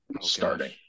starting